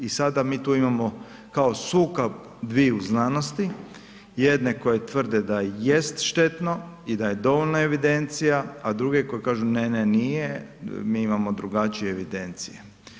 I sada mi tu imamo kao sukob dviju znanosti, jedne koje tvrde da jest štetno i da je dovoljna evidencija, a druge koja kažu ne, ne, nije, mi imamo drugačije evidencije.